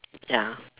ya